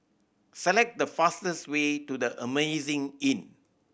select the fastest way to The Amazing Inn